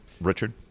Richard